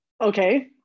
Okay